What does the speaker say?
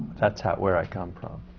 that's where i come from.